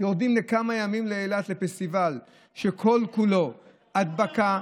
יורדים לכמה ימים לאילת לפסטיבל שכל-כולו הדבקה.